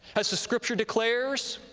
as the scripture declares,